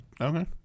Okay